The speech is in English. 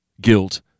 guilt